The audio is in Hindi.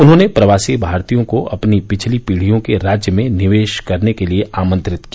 उन्होंने प्रवासी भारतीयों को अपनी पिछली पीढियों के राज्य में निवेश करने के लिए आमंत्रित किया